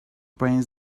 brains